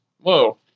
Whoa